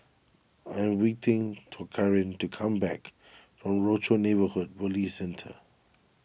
I am waiting to Karin to come back from Rochor Neighborhood Police Centre